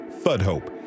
Fudhope